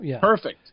Perfect